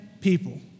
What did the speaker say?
people